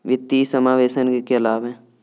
वित्तीय समावेशन के क्या लाभ हैं?